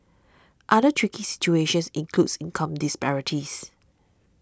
other tricky situations includes income disparities